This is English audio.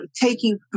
taking